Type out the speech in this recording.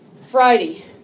Friday